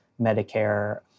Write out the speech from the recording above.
Medicare